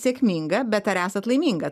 sėkminga bet ar esat laiminga